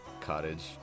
cottage